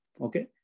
okay